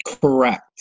Correct